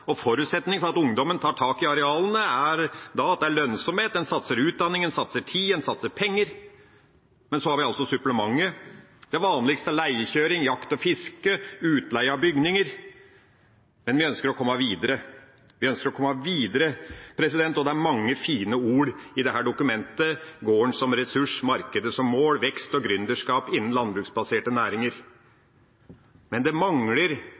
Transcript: er at det er lønnsomhet. En satser på utdanning, en satser tid, og en satser penger. Og så har vi supplement. Det vanligste er leiekjøring, jakt og fiske og utleie av bygninger, men vi ønsker å komme videre. Vi ønsker å komme videre, og det er mange fine ord i dette dokumentet: «Garden som ressurs – marknaden som mål. Vekst og gründerskap innan landbruksbaserte næringar». Men det mangler,